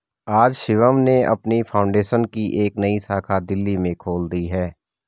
आज शिवम ने अपनी फाउंडेशन की एक नई शाखा दिल्ली में खोल दी है